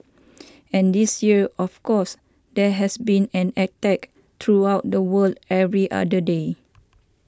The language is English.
and this year of course there has been an attack throughout the world every other day